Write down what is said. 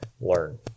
learn